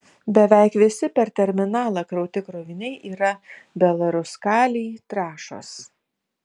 beveik visi per terminalą krauti kroviniai yra belaruskalij trąšos